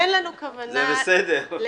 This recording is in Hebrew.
זה בסדר.